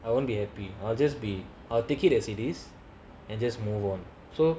I won't be happy I'll just be I'll take it as it is and just move on so